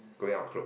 going out clothes